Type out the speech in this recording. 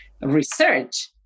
research